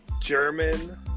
German